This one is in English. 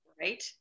Right